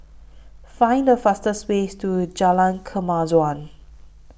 Find The fastest Way to Jalan Kemajuan